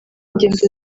ngendo